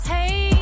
Hey